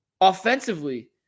Offensively